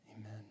Amen